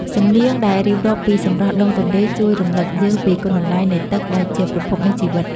សំនៀងដែលរៀបរាប់ពីសម្រស់ដងទន្លេ ជួយរំលឹកយើងពីគុណតម្លៃនៃទឹកដែលជាប្រភពនៃជីវិត។